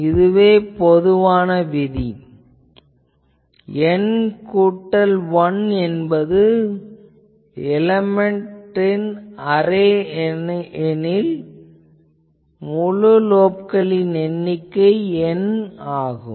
எனவே இது பொதுவான விதி N கூட்டல் 1 என்பது எலேமென்ட் அரே எனில் முழு லோப்களின் எண்ணிக்கை N ஆகும்